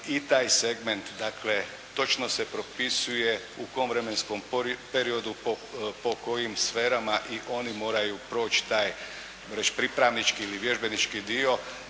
i taj segment dakle točno se propisuje u kom vremenskom periodu, po kojim sferama i oni moraju proći taj pripravnički ili vježbenički dio